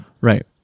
Right